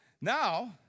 Now